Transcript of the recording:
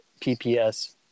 PPS